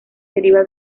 deriva